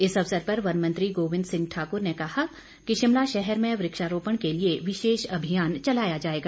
इस अवसर पर वन मंत्री गोविंद सिंह ठाकुर ने कहा कि शिमला शहर में वृक्षारोपण के लिए विशेष अभियान चलाया जाएगा